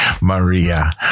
Maria